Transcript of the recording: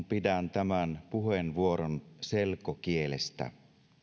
pidän tämän puheenvuoron selkokielestä